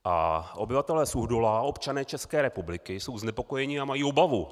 A obyvatelé Suchdola, občané České republiky jsou znepokojeni a mají obavu.